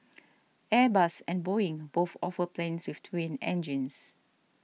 Airbus and Boeing both offer planes with twin engines